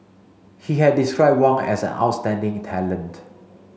he had described Wang as an outstanding talent